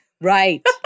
Right